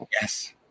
Yes